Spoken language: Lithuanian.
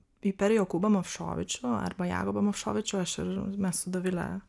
i per jokūbą movšovičių arba jakubą movšovičių aš ir mes su dovile